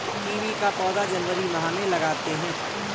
kiwi का पौधा जनवरी माह में लगाते हैं